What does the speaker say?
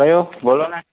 કયો બોલો ને